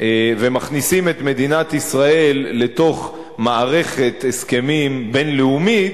ומכניסים את מדינת ישראל לתוך מערכת הסכמים בין-לאומית,